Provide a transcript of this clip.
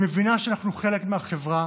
היא מבינה שאנחנו חלק מהחברה,